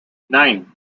nein